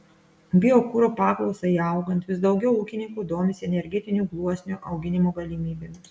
biokuro paklausai augant vis daugiau ūkininkų domisi energetinių gluosnių auginimo galimybėmis